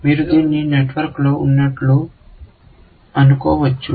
మీరు దీన్ని నెట్వర్క్లో ఉన్నట్లు అనుకోవచ్చు